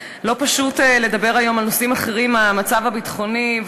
לא פשוט לדבר היום על נושאים אחרים מהמצב הביטחוני,